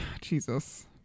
Jesus